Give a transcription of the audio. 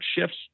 shifts